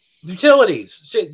utilities